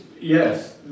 Yes